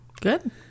Good